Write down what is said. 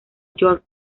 björk